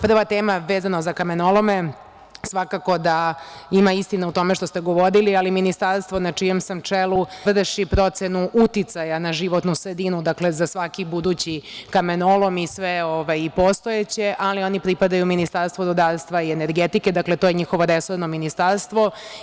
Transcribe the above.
Prva tema, vezano za kamenolome, svakako da ima istine u tome što ste govorili, ali ministarstvo na čijem sam čelu vrši procenu uticaja na životnu sredinu, za svaki budući kamenolom i sve postojeće, ali oni pripadaju Ministarstvu rudarstva i energetike, dakle, to je njihovo resorno ministarstvo.